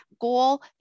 goal